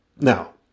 Now